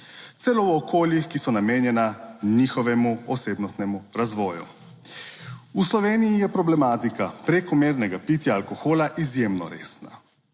celo v okoljih, ki so namenjena njihovemu osebnostnemu razvoju. V Sloveniji je problematika prekomernega pitja alkohola izjemno resna.